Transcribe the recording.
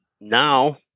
now